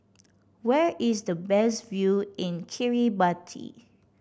where is the best view in Chiribati